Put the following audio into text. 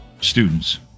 students